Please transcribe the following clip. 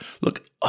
Look